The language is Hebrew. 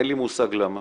אין לי מושג למה